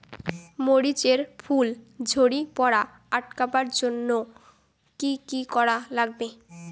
মরিচ এর ফুল ঝড়ি পড়া আটকাবার জইন্যে কি কি করা লাগবে?